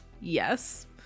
Yes